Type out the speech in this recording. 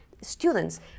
students